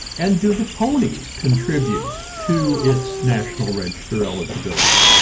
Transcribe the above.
and do the ponies contribute to its national register eligibility?